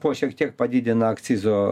po šiek tiek padidina akcizo